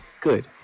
good